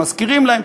מזכירים להם,